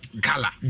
Gala